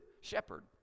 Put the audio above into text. shepherd